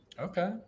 Okay